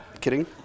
kidding